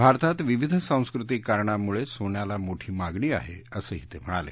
भारतात विविध सांस्कृतिक कारणांमुळे सोन्याला मोठी मागणी आहे असंही ते म्हणाले